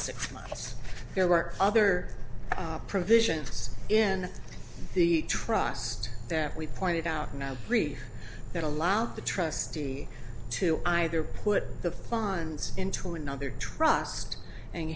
six months there were other provisions in the trust that we pointed out now three that allowed the trustee to either put the funds into another trust and